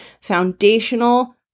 foundational